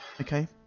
Okay